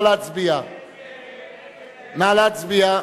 נא להצביע.